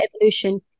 evolution